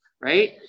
right